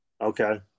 Okay